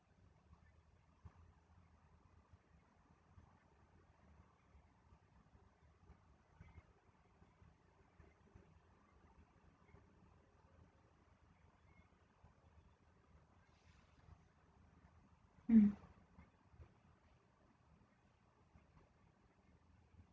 mm